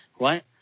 right